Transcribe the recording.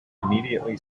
immediately